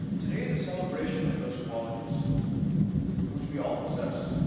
today is a celebration of those qualities which we all possess.